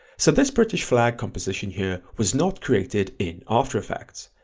so this british flag composition here was not created in after effects,